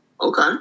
Okay